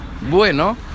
bueno